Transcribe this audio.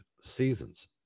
seasons